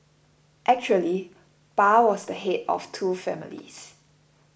actually Pa was the head of two families